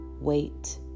Wait